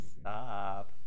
Stop